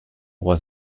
was